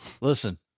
Listen